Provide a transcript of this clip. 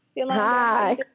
Hi